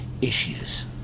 issues